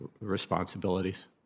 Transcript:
responsibilities